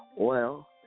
oil